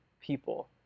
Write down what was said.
people